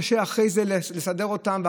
קשה אחרי זה לסדר את הדברים האלה